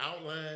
outline